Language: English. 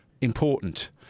important